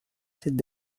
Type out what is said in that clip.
cette